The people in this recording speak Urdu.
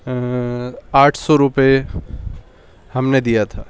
آٹھ سو روپے ہم نے دیا تھا